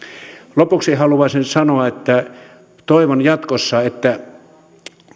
lopuksi haluaisin sanoa että toivon jatkossa että